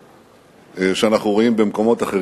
זה היה לפני שלושה שבועות,